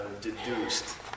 deduced